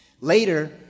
Later